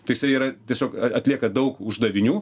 tai isai yra tiesiog atlieka daug uždavinių